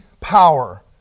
power